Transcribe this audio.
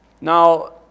Now